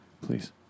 Please